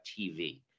TV